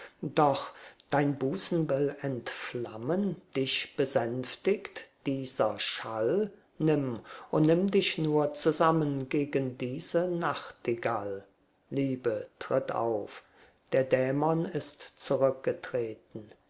doch dein busen will entflammen dich besänftigt dieser schall nimm o nimm dich nur zusammen gegen diese nachtigall liebe tritt auf der dämon ist zurückgetreten